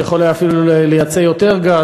שאפשר אפילו לייצא יותר גז,